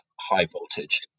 high-voltage